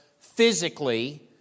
physically